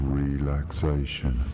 relaxation